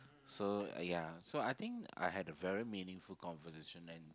so ya so I think I had a very meaningful conversation and